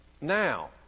now